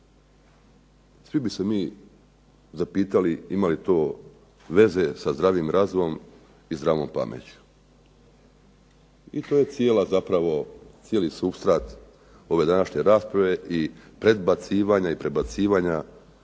Svi bi se mi zapitali ima li to veze sa zdravim razumom i zdravom pameću? I to je cijela, zapravo, cijeli supstrat, ove današnje rasprave i predbacivanja i prebacivanja